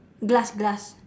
glass glass